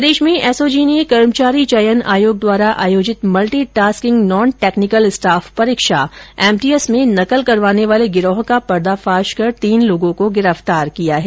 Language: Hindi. प्रदेश में एसओजी ने कर्मचारी चयन आयोग द्वारा आयोजित multi tasking non technical staff परीक्षा एमटीएस में नकल करवाने वाले गिरोह का पर्दाफाश कर तीन लोगों को गिरफ्तार किया है